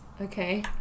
Okay